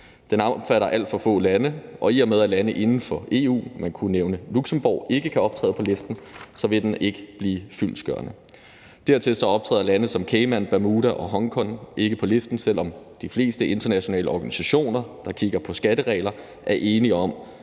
Den omfatter alt for få lande, og i og med at lande inden for EU – man kunne nævne Luxembourg – ikke kan optræde på listen, vil den ikke blive fyldestgørende. Dertil kommer, at f.eks. Caymanøerne, Bermuda og Hongkong ikke optræder på listen, selv om de fleste internationale organisationer, der kigger på skatteregler, er enige om,